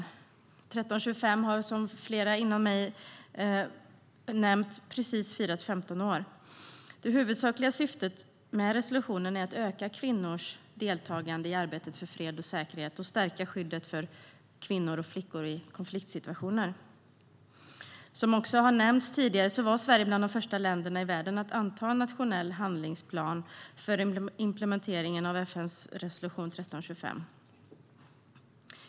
1325 har precis firat 15 år, vilket flera redan har nämnt. Det huvudsakliga syftet med resolutionen är att öka kvinnors deltagande i arbetet för fred och säkerhet och att stärka skyddet för kvinnor och flickor i konfliktsituationer. Sverige var bland de första länderna i världen att anta en nationell handlingsplan för implementeringen av FN:s resolution 1325, vilket också har nämnts.